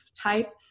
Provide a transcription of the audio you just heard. type